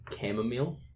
chamomile